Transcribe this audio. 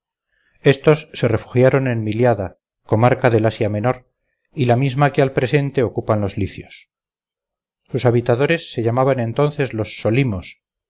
estos se refugiaron en myliada comarca del asia menor y la misma que al presente ocupan los licios sus habitadores se llamaban entonces los solymos